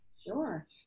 Sure